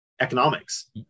economics